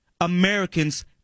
Americans